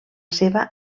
seva